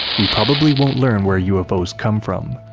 we probably won't learn where ufos come from,